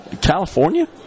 California